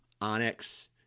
Onyx